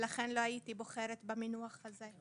ולכן לא הייתי בוחרת במינוח הזה.